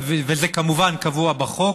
וזה כמובן קבוע בחוק,